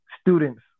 students